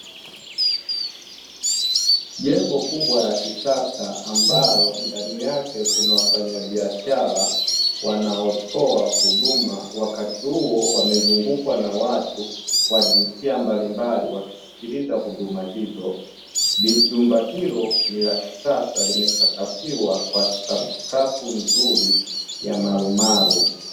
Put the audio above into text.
Jengo kubwa la kisasa ambalo ndani yake kuna wafanyabiashara wanaotoa huduma wakati huo wamezungukwa na watu wa jinsia mbalimbali wakisikiliza huduma hizo. Jumba hilo ni la kisasa limesakafiwa kwa sakafu nzuri ya marumaru.